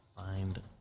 find